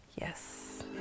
Yes